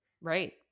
Right